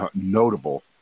notable